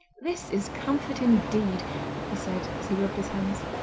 this is comfort, indeed he said, as he rubbed his hands.